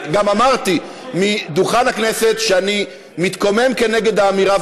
גם אמרתי מדוכן הכנסת שאני מתקומם כנגד האמירה,